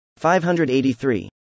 583